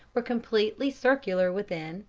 were completely circular within,